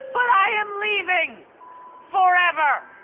but i am leaving forever.